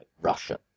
russia